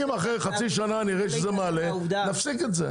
אם אחרי חצי שנה נראה שזה מעלה נפסיק את זה,